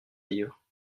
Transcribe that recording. livre